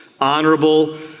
honorable